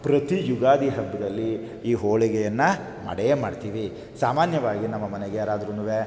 ಪ್ರತೀ ಯುಗಾದಿ ಹಬ್ಬದಲ್ಲಿ ಈ ಹೋಳಿಗೆಯನ್ನು ಮಾಡೇ ಮಾಡ್ತೀವಿ ಸಾಮಾನ್ಯವಾಗಿ ನಮ್ಮ ಮನೆಗೆ ಯಾರಾದ್ರುನೂ